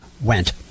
went